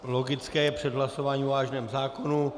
Logické před hlasováním o vážném zákonu.